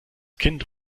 kind